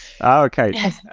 Okay